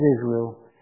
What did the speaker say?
Israel